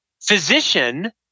physician